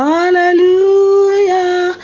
Hallelujah